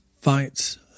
fights